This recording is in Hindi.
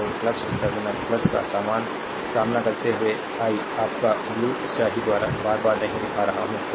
तो टर्मिनल का सामना करते हुए आई आपका ब्लू स्याही द्वारा बार बार नहीं दिखा रहा हूं